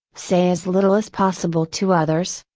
say as little as possible to others,